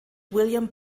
william